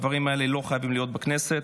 הדברים האלה לא חייבים להיות בכנסת,